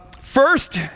First